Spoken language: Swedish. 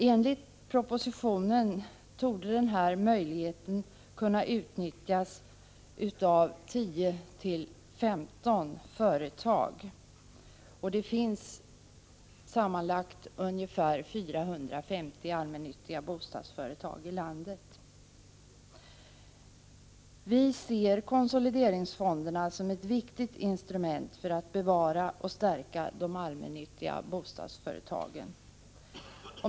Enligt propositionen torde möjligheten att få dispens kunna utnyttjas av 10-15 företag. Det finns sammanlagt ungefär 450 allmännyttiga bostadsföretag i landet. Vi ser konsolideringsfonderna som ett viktigt instrument för att bevara och stärka de allmännyttiga bostadsföretagen.